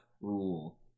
rule